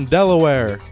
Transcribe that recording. Delaware